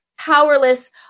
powerless